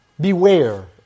Beware